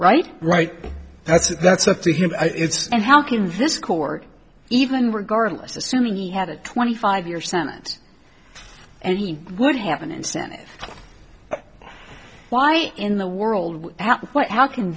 right right that's that's up to him and how can this court even regardless assuming he had a twenty five year sentence and he would have an incentive why in the world what how can